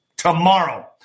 Tomorrow